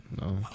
No